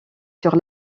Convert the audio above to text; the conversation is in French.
sur